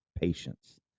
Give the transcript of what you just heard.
patience